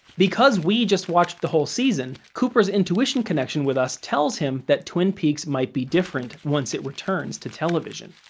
because we just watched the whole season, cooper's intuition connection with us tells him that twin peaks might be different once it returns to television.